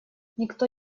никто